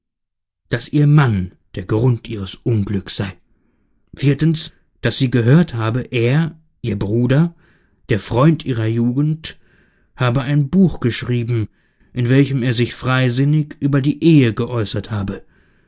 daß ihr mann der grund ihres unglücks sei viertens daß sie gehört habe er ihr bruder der freund ihrer jugend habe ein buch geschrieben in welchem er sich freisinnig über die ehe geäußert habe